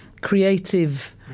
creative